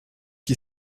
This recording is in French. qui